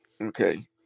okay